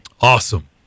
Awesome